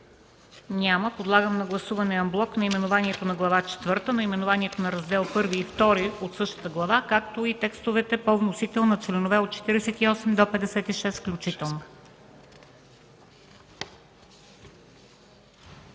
Няма. Подлагам на гласуване анблок наименованието на Глава четвърта, наименованието на Раздели І и ІІ от същата глава, както и текстовете по вносител на членове от 48 до 56 включително.